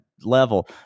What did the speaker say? level